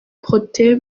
protais